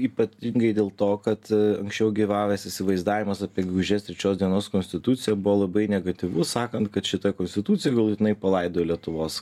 ypatingai dėl to kad anksčiau gyvavęs įsivaizdavimas apie gegužės trečios dienos konstituciją buvo labai negatyvus sakant kad šita konstitucija galutinai palaidojo lietuvos